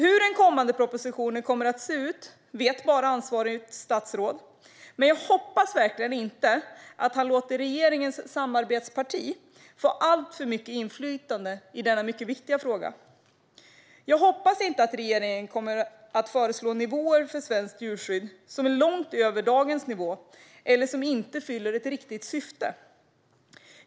Hur den kommande propositionen kommer att se ut vet bara ansvarigt statsråd, men jag hoppas verkligen inte att han låter regeringens samarbetsparti få alltför mycket inflytande i denna mycket viktiga fråga. Jag hoppas inte att regeringen kommer att föreslå nivåer för svenskt djurskydd som är långt över dagens nivå eller som inte fyller ett riktigt syfte.